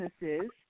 businesses